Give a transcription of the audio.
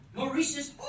Maurice's